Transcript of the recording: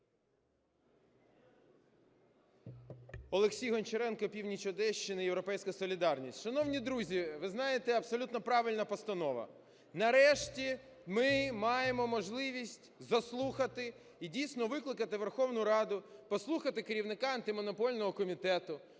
Олексій Гончаренко, північ Одещини, "Європейська солідарність". Шановні друзі, ви знаєте, абсолютно правильна постанова. Нарешті, ми маємо можливість заслухати і, дійсно, викликати у Верховну Раду послухати керівника Антимонопольного комітету,